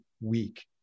week